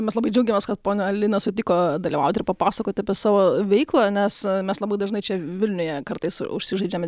mes labai džiaugiamės kad ponia alina sutiko dalyvauti ir papasakoti apie savo veiklą nes mes labai dažnai čia vilniuje kartais užsižaidžiame